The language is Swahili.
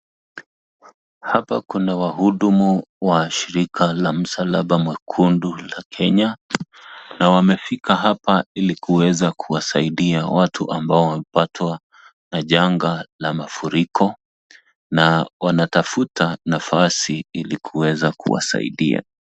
Hapa kuna wahudumu wa shirika la msalaba mwekundu la Kenya, na wamefika hapa ili kuweza kuwasaidia watu ambao wamepatwa na janga la mafuriko na wanatafuta nafasi ili kuweza kuwasaidia.